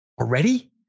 Already